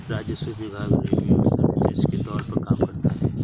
राजस्व विभाग revenue services के तौर पर काम करता है